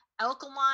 alkaline